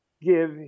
give